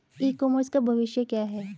ई commerce का भविष्य क्या है?